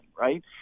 right